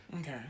Okay